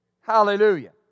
Hallelujah